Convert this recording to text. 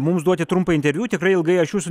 mums duoti trumpą interviu tikrai ilgai aš jūsų